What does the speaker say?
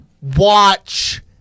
watch